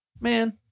Man